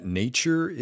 nature